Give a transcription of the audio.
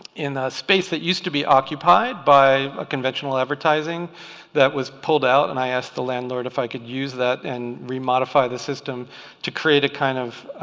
in the space that used to be occupied by conventional advertising that was pulled out. and i asked the landlord if i could use that and re-modify the system to create a kind of